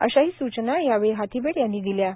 अशाही सूचना यावेळी हाथीबेड यांनी दिल्यात